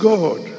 God